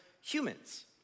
humans